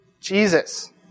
Jesus